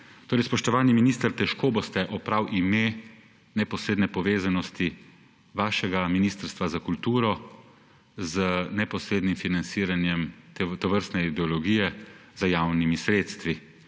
vlada. Spoštovani minister, težko boste oprali ime neposredne povezanosti vašega ministrstva za kulturo z neposrednim financiranjem tovrstne ideologije z javnimi sredstvi.